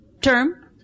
Term